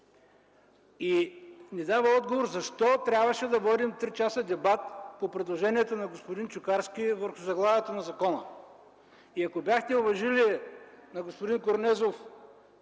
и не дава отговор защо трябваше да водим три часа дебат по предложението на господин Чукарски върху заглавието на закона. Ако бяхте уважили предложението на господин Корнезов,